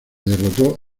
derrotó